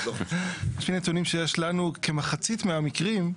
לפי נתונים שיש לנו כחמצית מהמקרים,